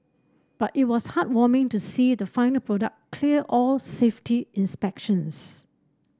but it was heartwarming to see the final product clear all safety inspections